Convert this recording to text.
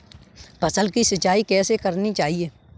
फसल की सिंचाई कैसे करनी चाहिए?